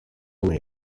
only